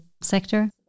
sector